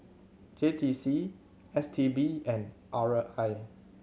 J T C S T B and R I